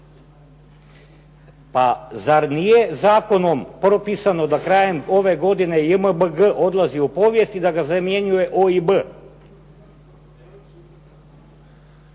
Pa zar nije zakonom propisano da krajem ove godine JMBG odlazi u povijest i da ga zamjenjuje OIB.